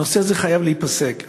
העניין הזה חייב להיפסק.